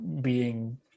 being-